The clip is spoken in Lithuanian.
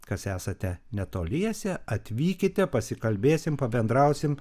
kas esate netoliese atvykite pasikalbėsim pabendrausim